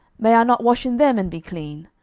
may i not wash in them, and be clean?